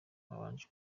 babanje